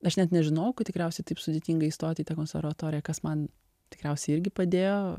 aš net nežinojau kad tikriausiai taip sudėtinga įstot į tą konservatoriją kas man tikriausiai irgi padėjo